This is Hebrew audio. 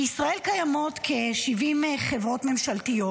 בישראל קיימות כ-70 חברות ממשלתיות.